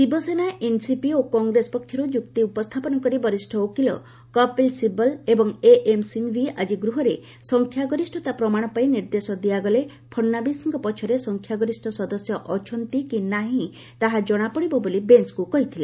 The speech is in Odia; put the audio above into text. ଶିବସେନା ଏନସିପି ଓ କଂଗ୍ରେସ ପକ୍ଷରୁ ଯୁକ୍ତି ଉପସ୍ଥାପନ କରି ବରିଷ୍ଠ ଓକିଲ କପିଲ ଶିବଲ ଏବଂ ଏଏମ ସିଂଗ୍ଭି ଆଜି ଗୃହରେ ସଂଖ୍ୟା ଗରିଷତା ପ୍ରମାଣ ପାଇଁ ନିର୍ଦ୍ଦେଶ ଦିଆଗଲେ ପଡ୍ନାବିସ୍କ ପଛରେ ସଂଖ୍ୟାଗରିଷ୍ଠ ସଦସ୍ୟ ଅଛନ୍ତି କି ନାହିଁ ବୋଲି ବେଞ୍ଚକୁ କହିଥିଲେ